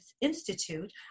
Institute